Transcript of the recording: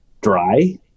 dry